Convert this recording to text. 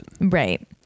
right